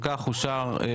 אושר.